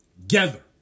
together